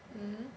mmhmm